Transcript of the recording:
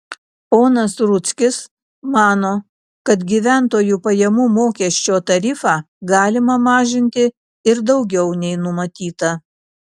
ponas rudzkis mano kad gyventojų pajamų mokesčio tarifą galima mažinti ir daugiau nei numatyta